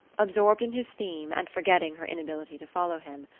absorbed in his theme, and forgetting her inability to follow him,